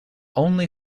only